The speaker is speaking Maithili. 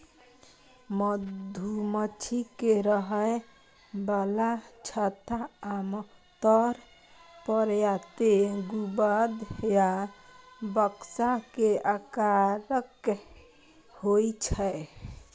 मधुमाछी के रहै बला छत्ता आमतौर पर या तें गुंबद या बक्सा के आकारक होइ छै